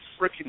freaking